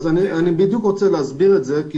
אני בדיוק רוצה להסביר את זה.